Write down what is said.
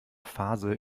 phase